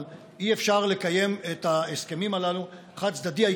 אבל אי-אפשר לקיים את ההסכמים הללו בחד-צדדיות.